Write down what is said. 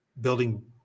building